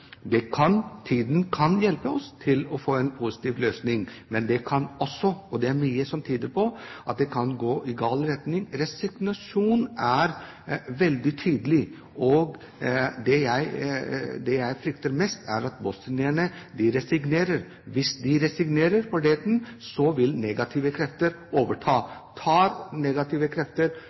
tiden kan hjelpe oss til å få en positiv løsning, men det kan også – og det er mye som tyder på det – gå i gal retning. Resignasjonen er veldig tydelig, og det jeg frykter mest, er at bosnierne resignerer. Hvis de resignerer for Dayton-avtalen, vil negative krefter overta. Tar negative krefter